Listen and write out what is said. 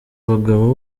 bagabo